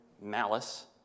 malice